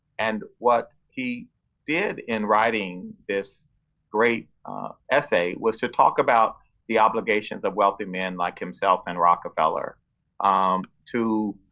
and what he did in writing this great essay was to talk about the obligations of wealthy men like himself and rockefeller um to